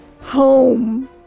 Home